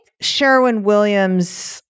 Sherwin-Williams